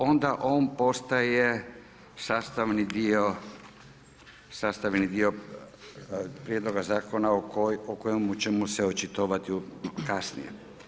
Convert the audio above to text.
Onda on postaje sastavni dio, sastani dio prijedloga zakona o kojemu ćemo se očitovati kasnije.